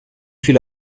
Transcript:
viele